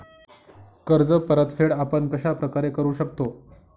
कर्ज परतफेड आपण कश्या प्रकारे करु शकतो?